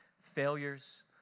failures